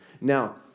Now